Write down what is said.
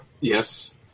Yes